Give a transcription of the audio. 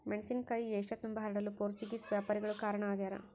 ಮೆಣಸಿನಕಾಯಿ ಏಷ್ಯತುಂಬಾ ಹರಡಲು ಪೋರ್ಚುಗೀಸ್ ವ್ಯಾಪಾರಿಗಳು ಕಾರಣ ಆಗ್ಯಾರ